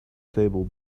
stable